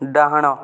ଡାହାଣ